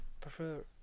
prefer